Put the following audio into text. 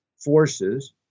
Forces